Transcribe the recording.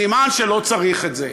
סימן שלא צריך את זה.